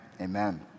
Amen